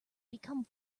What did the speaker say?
become